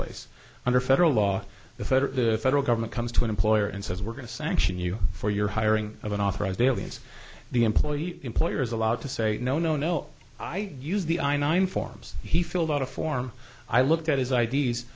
place under federal law the federal the federal government comes to an employer and says we're going to sanction you for your hiring of unauthorized aliens the employee employer is allowed to say no no no i use the i nine forms he filled out a form i looked at his i